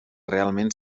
realment